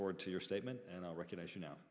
forward to your statement and i recognize you know